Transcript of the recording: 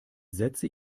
setze